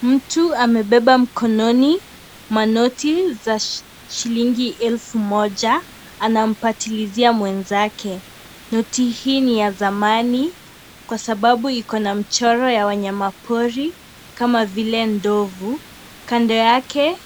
Mtu amepepa mkononi manoti za shilingi elfu moja na anampadilishia mwenzake. Noti hii ni ya zamani kwa sababu iko na mchoro ya wanyama pori kama vile ndovu, kando yake